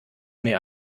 mir